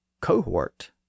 cohort